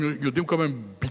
הם יודעים כמה הם ביטלו,